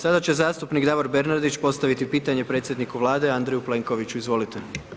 Sada će zastupnik Davor Bernardić postaviti pitanje predsjedniku Vlade Andreju Plenkoviću, izvolite.